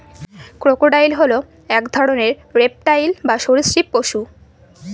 crocodile হল এক রকমের রেপ্টাইল বা সরীসৃপ পশু